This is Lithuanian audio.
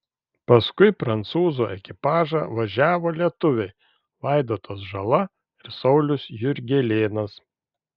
paskui prancūzų ekipažą važiavo lietuviai vaidotas žala ir saulius jurgelėnas